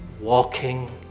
walking